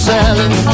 Sally